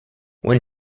when